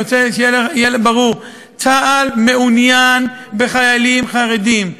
אני רוצה שיהיה ברור: צה"ל מעוניין בחיילים חרדים,